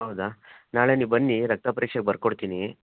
ಹೌದಾ ನಾಳೆ ನೀವು ಬನ್ನಿ ರಕ್ತ ಪರೀಕ್ಷೆ ಬರ್ಕೊಡ್ತೀನಿ